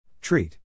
Treat